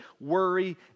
worry